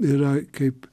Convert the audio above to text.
yra kaip